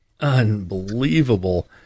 Unbelievable